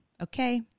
Okay